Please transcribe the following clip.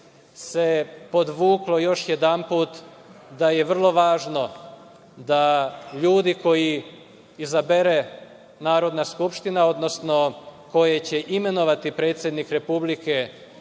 se podvuklo još jedanput da je vrlo važno da ljudi koje izabere Narodna skupština, odnosno koje će imenovati predsednik Republike